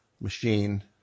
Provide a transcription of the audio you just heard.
machine